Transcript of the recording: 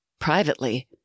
Privately